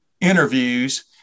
interviews